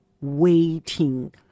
waiting